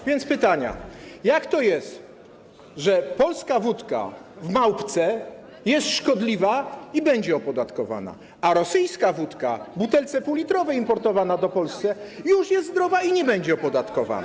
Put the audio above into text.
A więc pytania: Jak to jest, że polska wódka w małpce jest szkodliwa i będzie opodatkowana, a rosyjska wódka w butelce półlitrowej importowana do Polski już jest zdrowa i nie będzie opodatkowana?